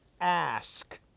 ask